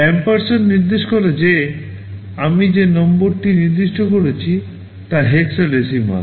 Ampersand নির্দেশ করে যে আমি যে নম্বরটি নির্দিষ্ট করছি তা হেক্সাডেসিমাল